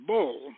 Bull